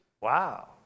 Wow